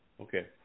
okay